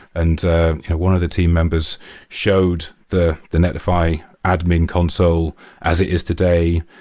and one of the team members showed the the netlify admin console as it is today,